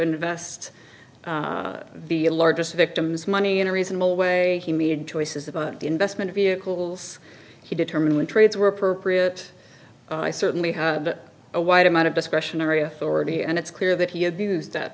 invest the largest victim's money in a reasonable way he made choices about the investment vehicles he determined when trades were appropriate i certainly had a wide amount of discretionary authority and it's clear that he had views that